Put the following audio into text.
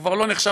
הוא כבר לא נחשב,